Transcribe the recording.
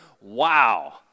wow